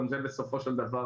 גם זה בסופו של דבר,